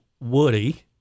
Woody